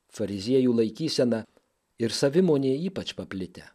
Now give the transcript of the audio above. fariziejų laikysena ir savimonė ypač paplitę